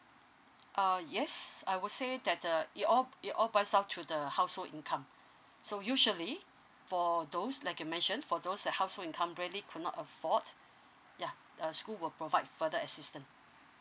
uh yes I would say that uh it all it all boils down to the household income so usually for those like you mentioned for those the household income really could not afford yeah the school will provide further assistance